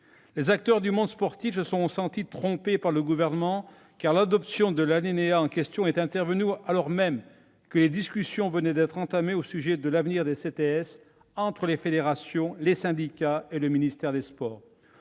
Ses acteurs se sont donc sentis trompés par le Gouvernement, car l'adoption de l'alinéa en question est intervenue alors même que des discussions venaient d'être entamées au sujet de l'avenir des CTS entre les fédérations, les syndicats et le ministère des sports.